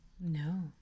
No